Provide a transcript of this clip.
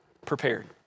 prepared